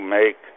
make